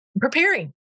preparing